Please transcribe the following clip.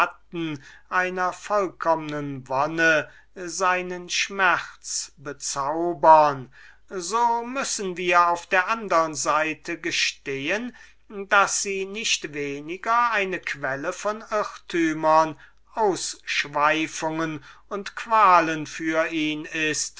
einer vollkommnen wonne seinen schmerz bezaubern so müssen wir auf der andern seite gestehen daß sie nicht weniger eine quelle von irrtümern von ausschweifungen und von qualen für ihn ist